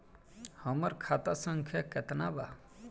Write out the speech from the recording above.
हमार खाता संख्या केतना बा?